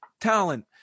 talent